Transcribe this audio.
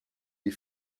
les